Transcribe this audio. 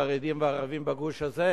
חרדים וערבים בגוש הזה,